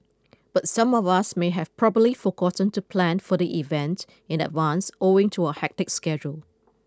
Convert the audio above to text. but some of us may have probably forgotten to plan for the event in advance owing to our hectic schedule